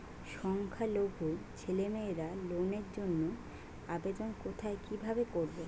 সংখ্যালঘু ছেলেমেয়েরা লোনের জন্য আবেদন কোথায় কিভাবে করবে?